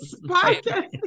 podcast